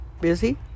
Busy